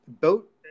boat